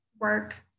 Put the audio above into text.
work